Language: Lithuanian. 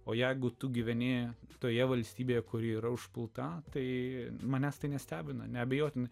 o jeigu tu gyveni toje valstybėje kuri yra užpulta tai manęs tai nestebina neabejotinai